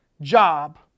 job